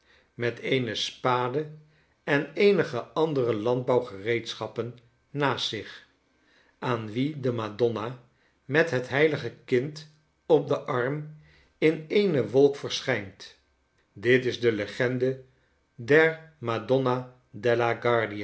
met eene spade en eenige andere landbouwgereedschappen naast zich aan wien de madonna met het heilige kind op den arm in eene wolk verschijnt dit is delegende der madonna